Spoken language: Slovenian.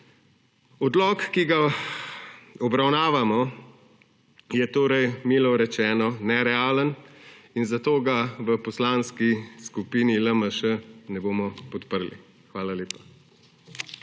Odlok, ki ga obravnavamo, je torej milo rečeno nerealen ni zato ga v Poslanski skupini LMŠ ne bomo podprli. Hvala lepa.